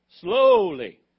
slowly